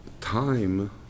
time